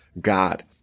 God